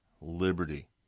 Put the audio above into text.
liberty